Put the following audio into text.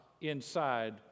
inside